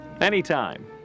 Anytime